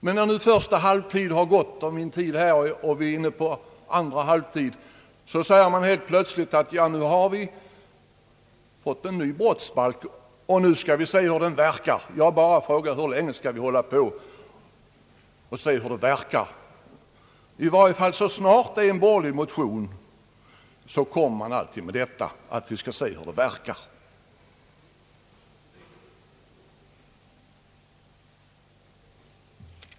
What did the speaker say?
Men när nu — om jag får säga så första halvtid av min tid här har avverkats och jag är inne på andra halvtid säger man helt plötsligt: Ja, nu har vi fått en ny brottsbalk, och nu skall vi först se hur den verkar. Jag bara frågar: Hur länge skall vi hålla på med att iaktta dess verkningar? Närhelst det gäller en borgerlig motion för man fram detta argument att man bör vänta och se.